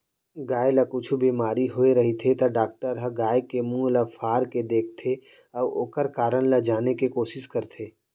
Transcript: गाय ल कुछु बेमारी होय रहिथे त डॉक्टर ह गाय के मुंह ल फार के देखथें अउ ओकर कारन ल जाने के कोसिस करथे